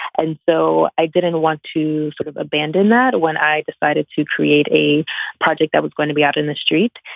and so i didn't want to sort of abandon that when i decided to create a project that was going to be out in the street.